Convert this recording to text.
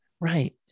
Right